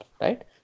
right